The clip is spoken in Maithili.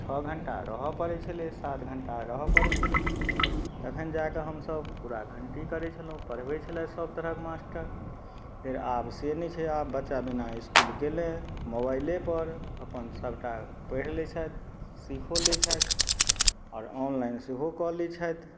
छओ घण्टा रहऽ पड़य छलै सात घण्टा रहऽ पड़य छलै तखन जाकऽ हमसब पूरा घण्टी करय छलहुँ पढ़बय छलथि सभ तरहक मास्टर फेर आब से नहि छै आब बच्चा बिना इसकुल गेने मोबाइलेपर अपन सभटा पढ़ि लै छथि सिखो लै छथि आओर ऑनलाइन सेहो कऽ लै छथि